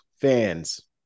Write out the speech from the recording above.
fans